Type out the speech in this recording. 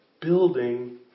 building